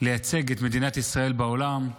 לייצג את מדינת ישראל בעולם,